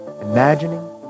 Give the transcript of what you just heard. imagining